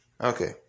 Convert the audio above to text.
Okay